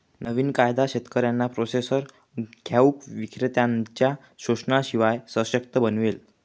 नवीन कायदा शेतकऱ्यांना प्रोसेसर घाऊक विक्रेत्त्यांनच्या शोषणाशिवाय सशक्त बनवेल